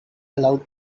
allowed